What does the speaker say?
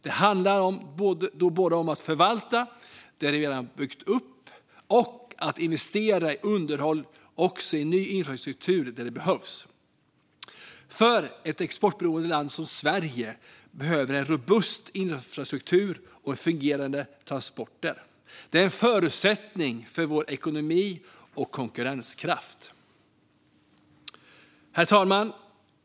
Det handlar både om att förvalta det vi redan har byggt upp och om att investera i såväl underhåll som ny infrastruktur där det behövs. Ett exportberoende land som Sverige behöver nämligen en robust infrastruktur och fungerande transporter; det är en förutsättning för vår ekonomi och konkurrenskraft. Herr talman!